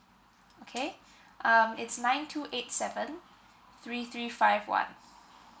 okay um it's nine two eight seven three three five one